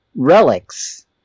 relics